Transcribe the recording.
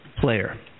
player